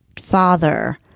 father